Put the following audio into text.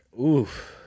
Oof